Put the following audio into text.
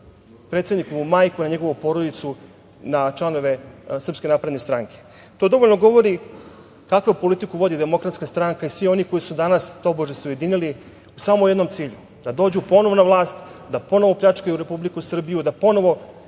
predsednikovu majku, na njegovu porodicu, na članove SNS. To dovoljno govori kakvu politiku vodi DS i svi oni koji su danas tobože se ujedinili u samo jednom cilju – da dođu ponovo na vlast, da ponovo pljačkaju Republiku Srbiju, da ponovo